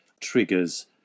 triggers